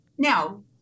Now